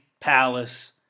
Palace